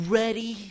ready